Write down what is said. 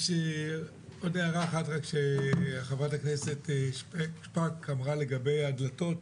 הערה נוספת שהעלתה חברתה כנסת שפק לגבי הדלתות,